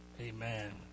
Amen